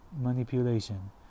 manipulation